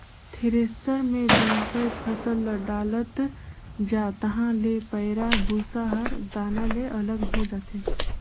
thresher मे लुवय फसल ल डालत जा तहाँ ले पैराःभूसा हर दाना ले अलग हो जाथे